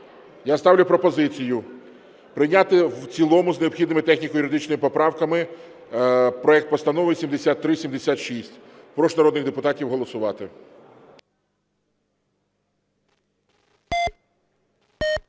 Я ставлю пропозицію прийняти в цілому з необхідними техніко-юридичними поправками проект Постанови 7376. Прошу народних депутатів голосувати.